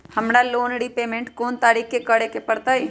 हमरा loan repayment कोन तारीख के करे के परतई?